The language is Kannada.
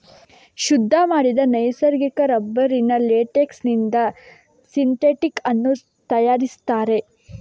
ಶುದ್ಧ ಮಾಡಿದ ನೈಸರ್ಗಿಕ ರಬ್ಬರಿನ ಲೇಟೆಕ್ಸಿನಿಂದ ಸಿಂಥೆಟಿಕ್ ಅನ್ನು ತಯಾರಿಸ್ತಾರೆ